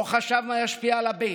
לא חשב מה ישפיע על הבייס.